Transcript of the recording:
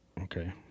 okay